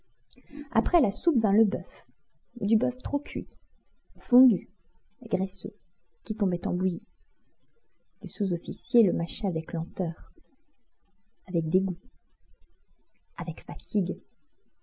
après la soupe vint le boeuf du boeuf trop cuit fondu graisseux qui tombait en bouillie le sous-officier le mâchait avec lenteur avec dégoût avec fatigue